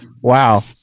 Wow